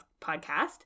podcast